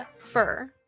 fur